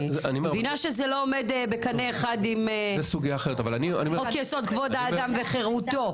אני מבינה שזה לא עומד בקנה אחד עם חוק יסוד: כבוד האדם וחירותו.